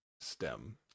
stem